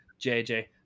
JJ